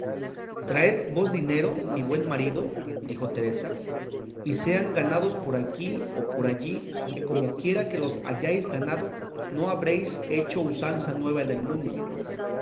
traed vos dinero mi buen marido dijo teresa y sean ganados por aquí o por allí que comoquiera que los hayáis ganado no habréis hecho usanza nueva en el mundo